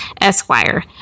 Esquire